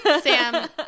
Sam